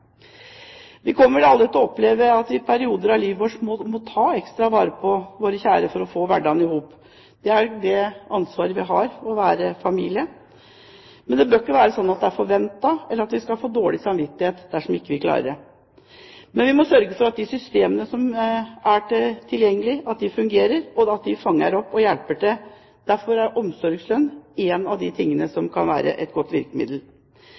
Vi kommer vel alle til å oppleve at vi i perioder av livet vårt må ta ekstra vare på våre kjære for å få hverdagen til å gå i hop. Det er det ansvaret vi har når vi har familie, men det bør ikke være slik at det er forventet, eller at vi skal få dårlig samvittighet dersom vi ikke klarer det. Men vi må sørge for at de systemene som er tilgjengelige, fungerer, og at de fanger opp og hjelper til. Derfor er omsorgslønn en av de tingene som kan være et godt virkemiddel.